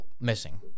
missing